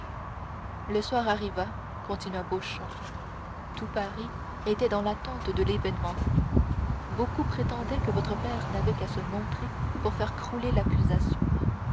le soir arriva continua beauchamp tout paris était dans l'attente de l'événement beaucoup prétendaient que votre père n'avait qu'à se montrer pour faire crouler l'accusation